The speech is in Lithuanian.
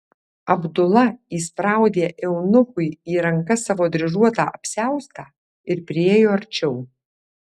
abdula įspraudė eunuchui į rankas savo dryžuotą apsiaustą ir priėjo arčiau